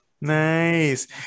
Nice